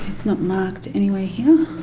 it's not marked anywhere here.